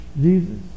Jesus